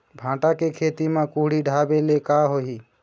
भांटा के खेती म कुहड़ी ढाबे ले का होही?